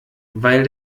weil